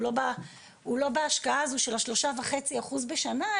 הוא לא בהשקעה הזו של השלושה וחצי אחוז בשנה,